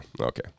Okay